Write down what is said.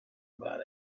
about